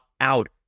out